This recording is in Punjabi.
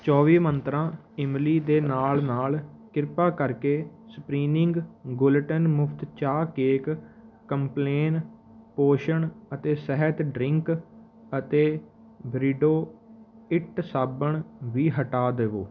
ਚੌਵੀ ਮੰਤਰਾ ਇਮਲੀ ਦੇ ਨਾਲ ਨਾਲ ਕ੍ਰਿਪਾ ਕਰਕੇ ਸਪਰੀਨਿੰਗ ਗੁਲਟਨ ਮੁਫ਼ਤ ਚਾਹ ਕੇਕ ਕੰਪਲੇਨ ਪੋਸ਼ਣ ਅਤੇ ਸਿਹਤ ਡਰਿੰਕ ਅਤੇ ਬ੍ਰੀਡੋ ਇੱਟ ਸਾਬਣ ਵੀ ਹਟਾ ਦਵੋ